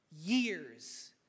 years